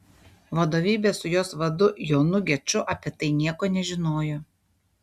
vadovybė su jos vadu jonu geču apie tai nieko nežinojo